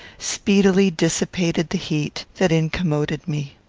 speedily dissipated the heat that incommoded me.